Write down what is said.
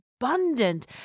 abundant